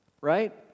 right